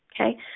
okay